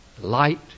light